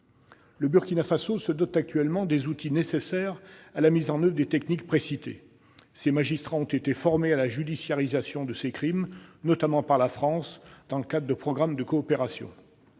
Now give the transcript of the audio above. Le Burkina Faso se dote actuellement des outils nécessaires à la mise en oeuvre des techniques précitées. Ses magistrats ont été formés à la judiciarisation de ces crimes, notamment par la France, dans le cadre de programmes de coopération.